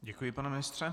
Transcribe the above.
Děkuji, pane ministře.